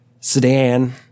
sedan